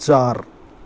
چار